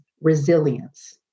resilience